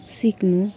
सिक्नु